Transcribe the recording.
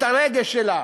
את הרגש שלה.